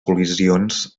col·lisions